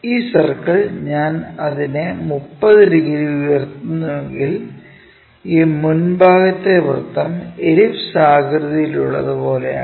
ഈ സർക്കിൾ ഞാൻ അതിനെ 30 ഡിഗ്രി ഉയർത്തുന്നുവെങ്കിൽ ഈ മുൻഭാഗത്തെ വൃത്തം എലിപ്സ് ആകൃതിയിലുള്ള പോലെയാണ്